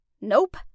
Nope